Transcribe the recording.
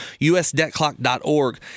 usdebtclock.org